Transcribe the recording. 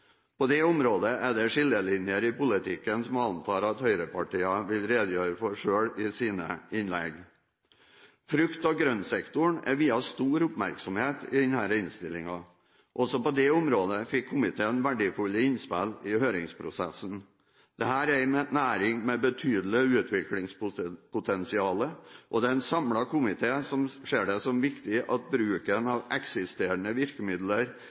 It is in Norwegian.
på en god måte. På det området er det skillelinjer i politikken som jeg antar at høyrepartiene selv vil redegjøre for i sine innlegg. Frukt- og grøntsektoren er viet stor oppmerksomhet i denne innstillingen. Også på det området fikk komiteen verdifulle innspill i høringsprosessen. Dette er en næring med betydelig utviklingspotensial, og det er en samlet komité som ser det som viktig at bruken av eksisterende virkemidler